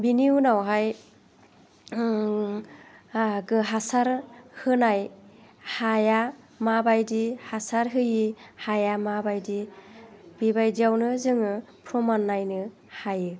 बिनि उनावहाय हासार होनाय हाया माबायदि हासार होयि हाया माबायदि बेबायदियावनो जोङो प्रमान नायनो हायो